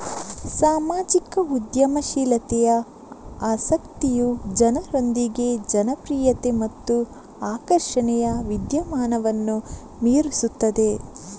ಸಾಮಾಜಿಕ ಉದ್ಯಮಶೀಲತೆಯ ಆಸಕ್ತಿಯು ಜನರೊಂದಿಗೆ ಜನಪ್ರಿಯತೆ ಮತ್ತು ಆಕರ್ಷಣೆಯ ವಿದ್ಯಮಾನವನ್ನು ಮೀರಿಸುತ್ತದೆ